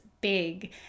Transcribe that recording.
big